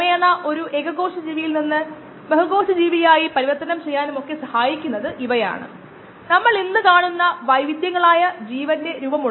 പക്ഷേ എഞ്ചിനീയറിംഗ് സിസ്റ്റങ്ങളുടെ രൂപകൽപ്പന പ്രവർത്തനവുമായി ബന്ധപ്പെട്ട് നമുക്ക് താൽപ്പര്യമുള്ള ചോദ്യങ്ങൾക്ക് ഉത്തരം നൽകുന്നതിന് വേഗത ഒരു തരത്തിലുള്ള കേന്ദ്രമാണ് ഈ സാഹചര്യത്തിൽ ബയോളജിക്കൽ എഞ്ചിനീയറിംഗ് സിസ്റ്റങ്ങളും